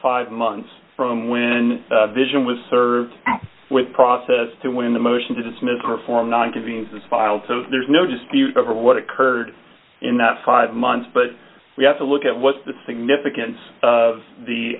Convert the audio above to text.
five months from when vision was served with process to when the motion to dismiss or for non convenes is filed so there's no dispute over what occurred in that five months but we have to look at what the significance of the